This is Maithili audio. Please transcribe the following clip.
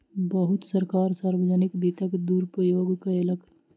बहुत सरकार सार्वजनिक वित्तक दुरूपयोग कयलक